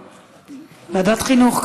אין ועדת חינוך.